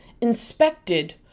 inspected